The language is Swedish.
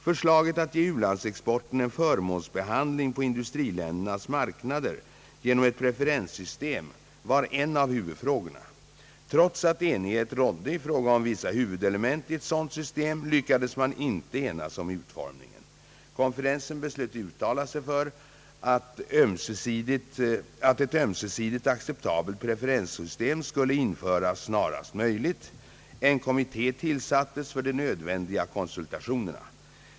Förslaget att ge u-landsexporten en förmånsbehandling på industriländernas marknader genom ett preferenssystem var en av huvudfrågorna. Trots att enighet rådde i fråga om vissa huvudelement i ett sådant system, lyckades man inte enas om utformningen. Konferensen beslöt uttala sig för att ett ömsesidigt acceptabelt preferenssystem skulle införas snarast möjligt. En kommitté tillsattes för de nödvändiga konsultationerna.